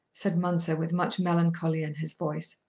said mounser with much melancholy in his voice.